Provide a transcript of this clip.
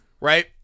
Right